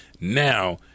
Now